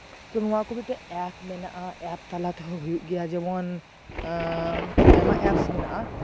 ᱛᱚ ᱱᱚᱣᱟ ᱠᱚ ᱢᱤᱫᱪᱮᱱ ᱮᱯ ᱢᱮᱱᱟᱜᱼᱟ ᱮᱯ ᱛᱟᱞᱟ ᱛᱮᱦᱚᱸ ᱦᱩᱭᱩᱜ ᱜᱮᱭᱟ ᱡᱮᱢᱚᱱ ᱟᱭᱢᱟ ᱮᱯᱥ ᱢᱮᱱᱟᱜᱼᱟ